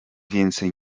więcej